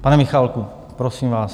Pane Michálku, prosím vás...